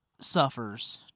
suffers